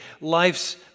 Life's